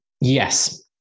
Yes